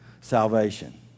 salvation